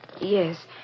Yes